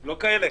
לא כאלה.